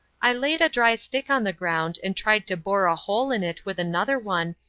i laid a dry stick on the ground and tried to bore a hole in it with another one,